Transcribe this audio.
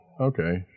okay